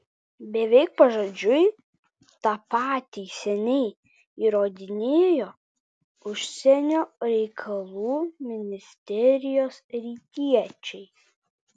beveik pažodžiui tą patį seniai įrodinėjo užsienio reikalų ministerijos rytiečiai